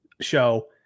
show